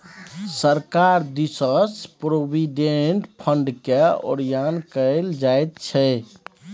सरकार दिससँ प्रोविडेंट फंडकेँ ओरियान कएल जाइत छै